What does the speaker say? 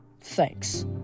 Thanks